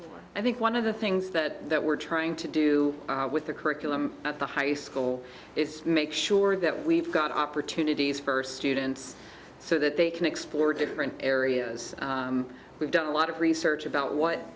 this i think one of the things that we're trying to do with the curriculum at the high school is make sure that we've got opportunities for students so that they can explore different areas we've done a lot of research about what